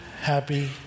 happy